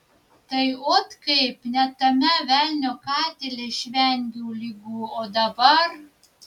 tai ot kaip net tame velnio katile išvengiau ligų o dabar